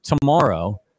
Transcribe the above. tomorrow